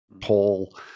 Paul